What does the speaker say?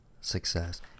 success